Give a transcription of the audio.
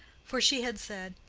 for she had said,